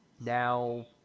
now